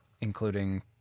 including